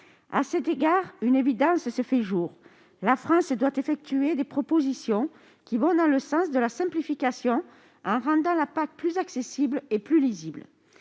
À cet égard, une évidence se fait jour : la France doit effectuer des propositions qui vont dans le sens de la simplification, en rendant la PAC plus accessible et plus lisible.